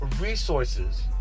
resources